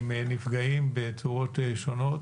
הם נפגעים בצורות שונות.